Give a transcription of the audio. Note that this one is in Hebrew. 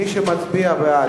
מי שמצביע בעד,